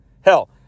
Hell